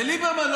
וליברמן,